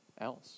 else